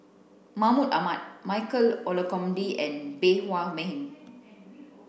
Mahmud Ahmad Michael Olcomendy and Bey Hua Heng